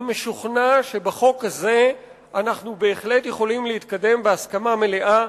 אני משוכנע שבחוק הזה אנחנו בהחלט יכולים להתקדם בהסכמה מלאה,